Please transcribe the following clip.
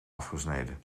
afgesneden